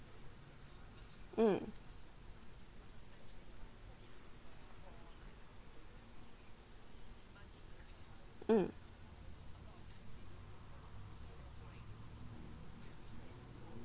mm mm